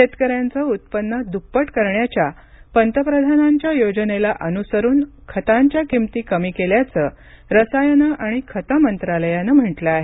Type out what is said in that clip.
शेतकऱ्यांचं उत्पन्न दुप्पट करण्याच्या पंतप्रधानांच्या योजनेला अनुसरुन खतांच्या किमती कमी केल्याचं रसायनं आणि खतं मंत्रालयानं म्हटलं आहे